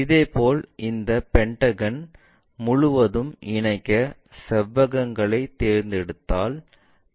இதேபோல் இந்த பென்டகன் முழுவதும் இணைக்க செவ்வகங்களைத் தேர்ந்தெடுத்தால் பென்டகோனல் ப்ரிஸம் கிடைக்கிறது